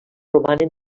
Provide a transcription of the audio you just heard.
romanen